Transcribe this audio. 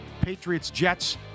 Patriots-Jets